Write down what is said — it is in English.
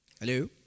Hello